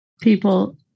people